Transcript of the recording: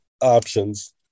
options